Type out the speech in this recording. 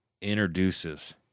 introduces